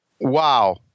Wow